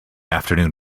afternoon